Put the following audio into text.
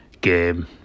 game